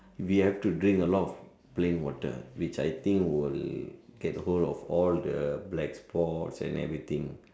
we have to drink a lot of plain water which I think will get hold of all the black spots and everything